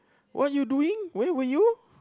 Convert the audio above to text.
what you doing where were you